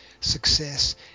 Success